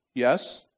Yes